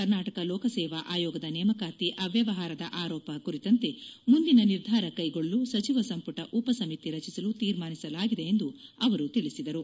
ಕರ್ನಾಟಕ ಲೋಕಸೇವಾ ಆಯೋಗದ ನೇಮಕಾತಿ ಅವ್ಲವಹಾರದ ಆರೋಪ ಕುರಿತಂತೆ ಮುಂದಿನ ನಿರ್ಧಾರ ಕ್ಲೆಗೊಳ್ಳಲು ಸಚಿವ ಸಂಮಟ ಉಪ ಸಮಿತಿ ರಚಿಸಲು ತೀರ್ಮಾನಿಸಲಾಗಿದೆ ಎಂದು ಅವರು ತಿಳಿಸಿದರು